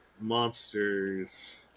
Monsters